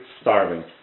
starving